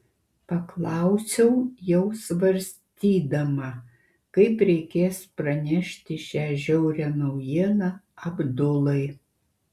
paklausiau jau svarstydama kaip reikės pranešti šią žiaurią naujieną abdulai